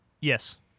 Yes